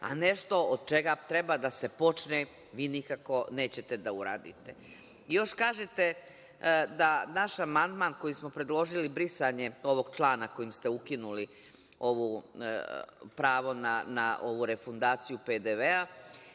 a nešto od čega treba da se počne, vi nikako nećete da uradite. Još kažete da naš amandman kojim smo predložili brisanje ovog člana kojim ste ukinuli pravo na ovu refundaciju PDV-a,